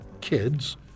Kids